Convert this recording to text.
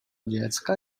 dziecka